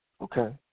okay